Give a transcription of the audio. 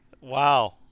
Wow